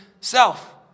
self